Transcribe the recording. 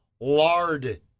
Lard